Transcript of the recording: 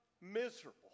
miserable